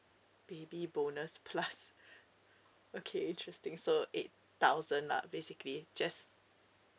baby bonus plus okay interesting so eight thousand lah basically just